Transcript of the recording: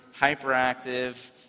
hyperactive